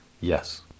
yes